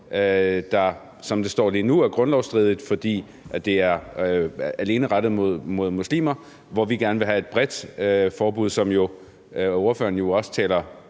som det står lige nu, er grundlovsstridigt, fordi det alene er rettet mod muslimer, hvor vi gerne vil have et bredt forbud, som ordføreren jo også taler